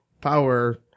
power